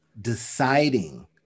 deciding